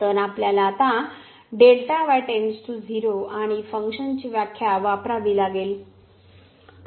तर आपल्याला आता आणि फंक्शनची व्याख्या वापरावी लागेल